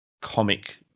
comic